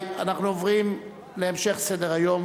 אנחנו עוברים להמשך סדר-היום.